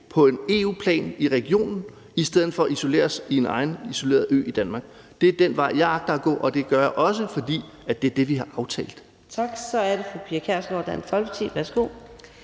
på EU-plan i regionen i stedet for at isolere os på vores egen ø i Danmark. Det er den vej, jeg agter at gå, og det gør jeg også, fordi det er det, vi har aftalt.